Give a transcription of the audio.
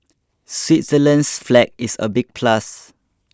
switzerland's flag is a big plus